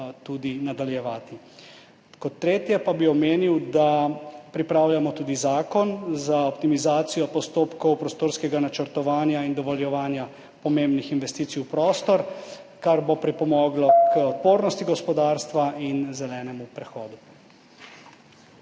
tudi nadaljevati. Kot tretje pa bi omenil, da pripravljamo tudi zakon za optimizacijo postopkov prostorskeganačrtovanja in dovoljevanja pomembnih investicij v prostor, kar bo pripomoglo k odpornosti gospodarstva in zelenemu prehodu.